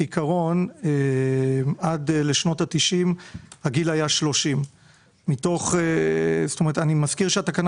כעקרון עד לשנות ה-90 הגיל היה 30. אני מזכיר שהתקנה